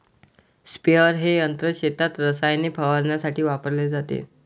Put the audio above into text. sprayer हे यंत्र शेतात रसायने फवारण्यासाठी वापरले जाते